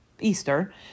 Easter